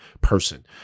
person